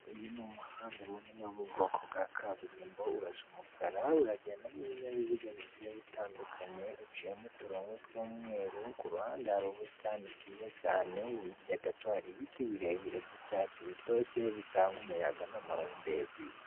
Uyu ni umuhanda munini wo mu bwoko bwa kaburimbo urasa umukara, uragendamo ibinyabiziga bigiye bitandukanye, uciyemo uturongo tw'umweru. Ku ruhande hari ubusitani bwiza cyane, hirya gato hari ibiti birebire by'icyatsi bitoshye bitanga umuyaga n'amahumbezi.